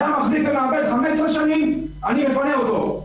אדם מחזיק ומעבד אדמה 15 שנים, אני אפנה אותו.